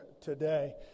today